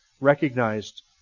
recognized